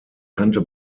kannte